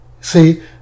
See